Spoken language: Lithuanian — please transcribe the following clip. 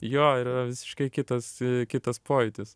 jo ir yra visiškai kitas kitas pojūtis